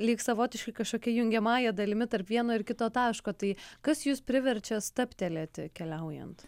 lyg savotiški kažkokia jungiamąja dalimi tarp vieno ir kito taško tai kas jus priverčia stabtelėti keliaujant